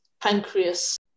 pancreas